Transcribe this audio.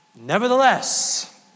Nevertheless